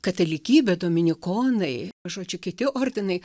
katalikybė dominikonai žodžiu kiti ordinai